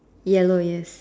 yellow yes